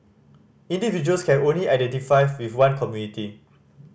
individuals can only identify with one community